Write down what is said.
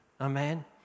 Amen